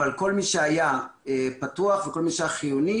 אבל כל מי שהיה פתוח וכל מי שהיה חיוני,